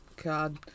God